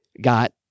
got